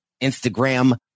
Instagram